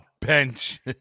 bench